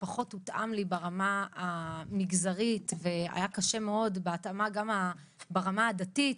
פחות הותאם לי ברמה המגזרית והיה קשה מאוד גם ברמה הדתית,